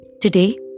Today